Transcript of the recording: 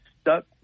stuck